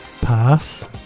Pass